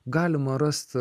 galima rast